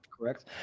correct